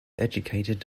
educated